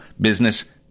business